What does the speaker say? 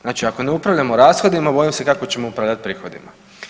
Znači ako ne upravljamo rashodima bojim se kako ćemo upravljati prihodima.